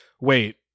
wait